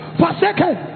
forsaken